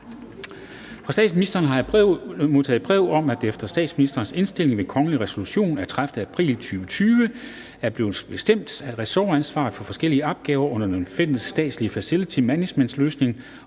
Fra statsministeren har jeg modtaget brev om, at det efter statsministerens indstilling ved kongelig resolution den 30. april 2020 blev bestemt, at ressortansvaret for forskellige opgaver under den fælles statslige facility managementløsning